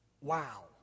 Wow